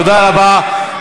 תודה רבה.